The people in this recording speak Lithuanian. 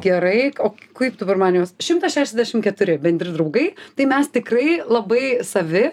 gerai o kaip dabar man juos šimtas šešiasdešimt keturi bendri draugai tai mes tikrai labai savi